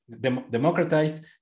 democratize